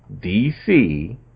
dc